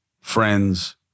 friends